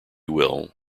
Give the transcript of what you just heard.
will